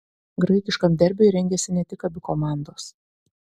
graikiškam derbiui rengiasi ne tik abi komandos